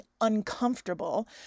uncomfortable